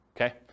Okay